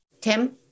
Tim